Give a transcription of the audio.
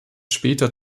später